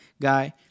guy